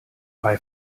bei